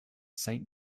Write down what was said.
saint